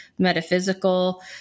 metaphysical